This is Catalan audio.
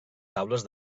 taules